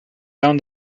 down